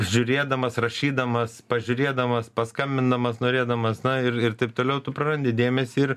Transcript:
žiūrėdamas rašydamas pažiūrėdamas paskambindamas norėdamas na ir ir taip toliau tu prarandi dėmesį ir